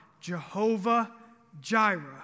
Jehovah-Jireh